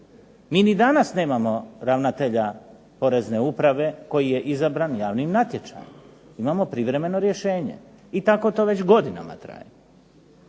Mi ni danas nemamo ravnatelja Porezne uprave koji je izabran javnim natječajem, imamo privremeno rješenje. I tako to već godinama traje.